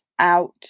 Out